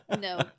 No